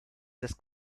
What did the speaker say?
des